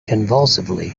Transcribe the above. convulsively